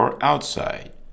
outside